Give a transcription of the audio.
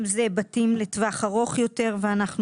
אם זה בתים לטווח ארוך יותר ואנחנו